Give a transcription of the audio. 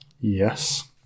Yes